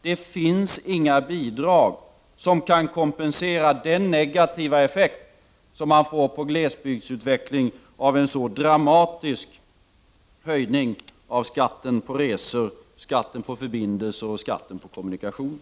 Det finns inga bidrag som kan kompensera den negativa effekten på glesbygdsutvecklingen av en så dramatisk höjning av skatten på resor, skatten på förbindelser och skatten på kommunikationer.